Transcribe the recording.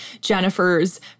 jennifer's